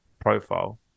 profile